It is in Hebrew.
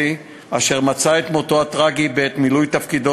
אשר מצא את מותו הטרגי בעת מילוי תפקידו